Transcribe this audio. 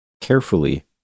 carefully